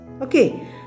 Okay